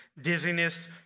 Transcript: Dizziness